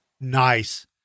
Nice